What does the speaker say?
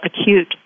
acute